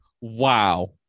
wow